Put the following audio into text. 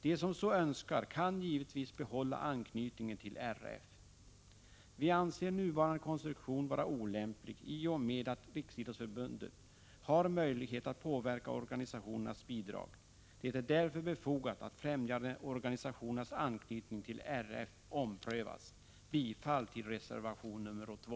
De som så önskar kan givetvis behålla anknytningen till Riksidrottsförbundet. Vi anser den nuvarande konstruktionen vara olämplig, eftersom Riksidrottsförbundet har möjlighet att påverka organisationernas bidrag. Det är därför befogat att främjandeorganisationernas anknytning till Riksidrottsförbundet omprövas. Herr talman! Jag yrkar bifall till reservation nr 2.